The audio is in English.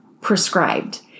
prescribed